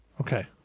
Okay